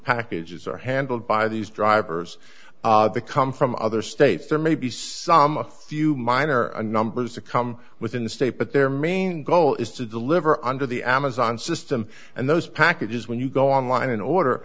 packages are handled by these drivers they come from other states there may be some a few minor numbers to come within the state but their main goal is to deliver under the amazon system and those packages when you go online in order